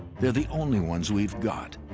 they're the only ones we've got,